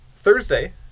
Thursday